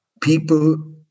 people